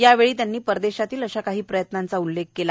यावेळी त्यांनी परदेशातल्या अशा काही प्रयत्नांचा उल्लेखही केला